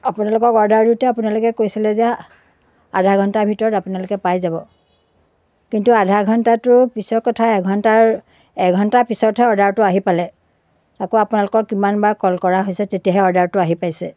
আপোনালোকক অৰ্ডাৰ দিওঁতে আপোনালোকে কৈছিলে যে আধা ঘণ্টাৰ ভিতৰত আপোনালোকে পাই যাব কিন্তু আধা ঘণ্টাটো পিছৰ কথা এঘণ্টাৰ এঘণ্টাৰ পিছতহে অৰ্ডাৰটো আহি পালে আকৌ আপোনালোকক কিমানবাৰ কল কৰা হৈছে তেতিয়াহে অৰ্ডাৰটো আহি পাইছে